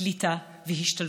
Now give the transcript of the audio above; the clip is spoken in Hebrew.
קליטה והשתלבות.